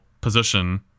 position